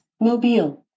Mobile